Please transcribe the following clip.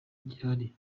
gihari